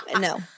No